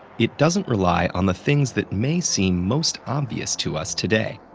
it doesn't rely on the things that may seem most obvious to us today,